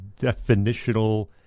definitional